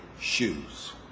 shoes